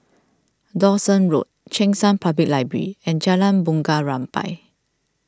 Dawson Road Cheng San Public Library and Jalan Bunga Rampai